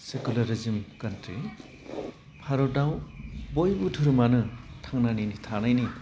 सिकलारिजिम खाट्रि भारतआव बयबो धोरोमानो थांनानै थानायनि